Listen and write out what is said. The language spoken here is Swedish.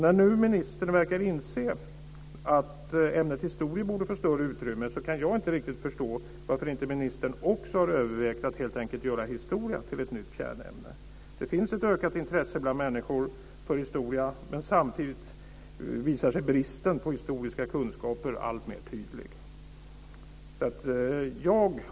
När nu ministern verkar inse att ämnet historia borde få större utrymme kan jag inte riktigt förstå varför inte ministern också har övervägt att helt enkelt göra historia till ett nytt kärnämne. Det finns ett ökat intresse bland människor för historia, men samtidigt visar sig bristen på historiska kunskaper alltmer tydlig.